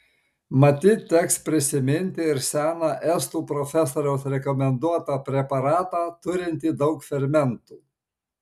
matyt teks prisiminti ir seną estų profesoriaus rekomenduotą preparatą turintį daug fermentų